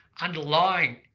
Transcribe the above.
underlying